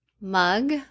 mug